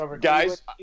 guys